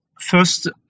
first